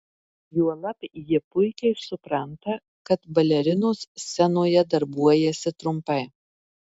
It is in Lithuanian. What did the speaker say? juolab ji puikiai supranta kad balerinos scenoje darbuojasi trumpai